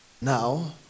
Now